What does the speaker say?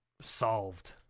solved